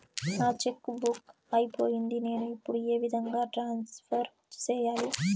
నా cheque book అయిపోయింది నేను ఇప్పుడు ఏ విధంగా ట్రాన్స్ఫర్ సేయాలి?